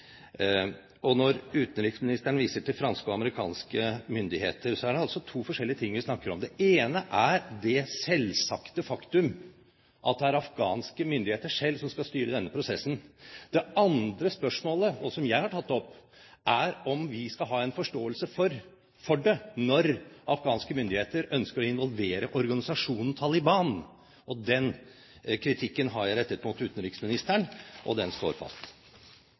Når utenriksministeren viser til franske og amerikanske myndigheter, er det to forskjellige ting vi snakker om. Det ene er det selvsagte faktum at det er afghanske myndigheter selv som skal styre denne prosessen. Det andre spørsmålet, og som jeg har tatt opp, er om vi skal ha en forståelse for det når afghanske myndigheter ønsker å involvere organisasjonen Taliban. Den kritikken har jeg rettet mot utenriksministeren, og den står fast.